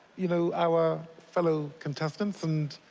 you know, our fellow contestants and.